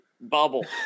bubble